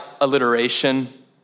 alliteration